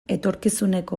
etorkizuneko